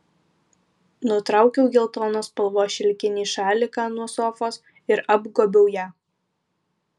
nutraukiau geltonos spalvos šilkinį šaliką nuo sofos ir apgobiau ją